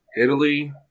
Italy